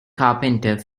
carpenter